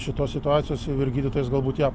šitos situacijos vyr gydytojas galbūt ją